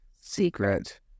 secret